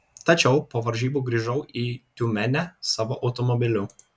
tačiau po varžybų grįžau į tiumenę savo automobiliu